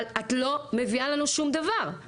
אבל את לא מביאה לנו שום דבר.